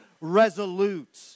resolute